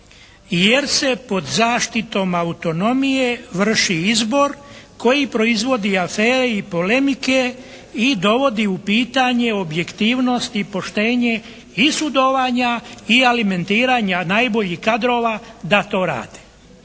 jer se pod zaštitom autonomije vrši izbor koji proizvodi afere i polemike i dovodi u pitanje objektivnost i poštenje i sudovanja i alimentiranja najboljih kadrova da to rade.